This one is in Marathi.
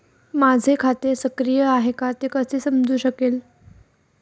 माझे खाते सक्रिय आहे का ते कसे समजू शकेल?